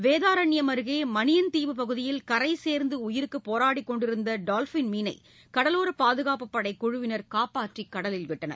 வேதாரண்பம் அருகே மணியன்தீவு பகுதியில் கரை சேர்ந்து உயிருக்கு போராடிக் கொண்டிருந்த டால்பின் மீனை கடலோர பாதுகாப்பு படை குழுவினர் காப்பாற்றி கடலில் விட்டனர்